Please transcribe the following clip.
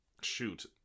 Shoot